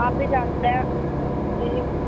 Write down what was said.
آپ بھی جانتے ہیں جی